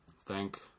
Thank